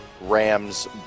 Rams